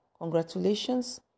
Congratulations